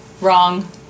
Wrong